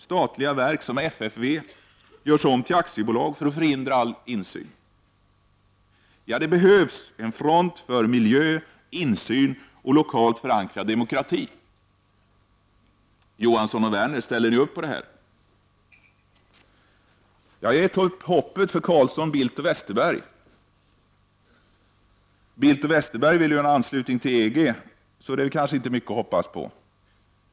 Statliga verk, som FFV, görs om till aktiebolag för att all insyn hindras. Det behövs en front för miljö, insyn och lokalt förankrad demokrati. Johansson och Werner, ställer ni er bakom detta? Jag har gett upp hoppet för Carlsson, Bildt och Westerberg. Bildt och Westerberg vill ju ha en anslutning till EG, så de är väl inte mycket att hoppas på.